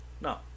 No